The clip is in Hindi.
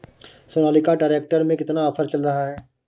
सोनालिका ट्रैक्टर में कितना ऑफर चल रहा है?